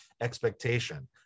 expectation